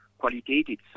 qualitative